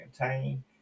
contain